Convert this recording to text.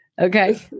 Okay